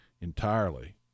entirely